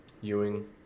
Ewing